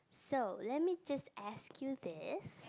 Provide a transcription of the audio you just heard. so let me just ask you this